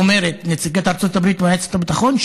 נציגת ארצות הברית במועצת הביטחון,